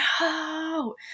No